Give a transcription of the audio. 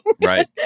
Right